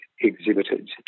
exhibited